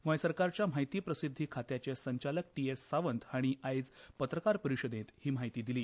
गोंय सरकारच्या म्हायती प्रसिद्धी खात्याचे संचालक टी एस सावंत हांणी आयज पत्रकार परिशदेत ही म्हायती दिली